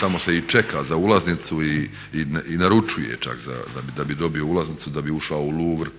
Tamo se i čeka za ulaznicu i naručuje čak da bi dobio ulaznicu da bi ušao u Louvre.